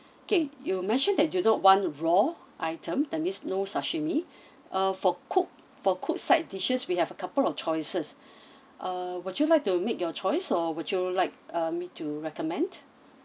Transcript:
okay you mentioned that you don't want raw item that means no sashimi uh for cooked for cooked side dishes we have a couple of choices uh would you like to make your choice or would you like uh me to recommend